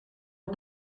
het